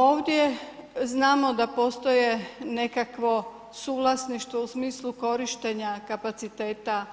Ovdje znamo da postoje nekakvo suvlasništvo u smislu korištenja kapaciteta